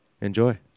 Enjoy